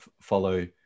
follow